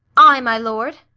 ay, my lord.